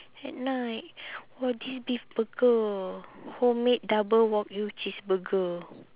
at night !wah! this beef burger homemade double wagyu cheeseburger